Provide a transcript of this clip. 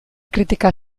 kritika